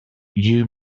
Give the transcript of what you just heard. you